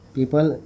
People